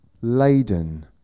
laden